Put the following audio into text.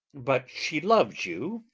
but she loves you?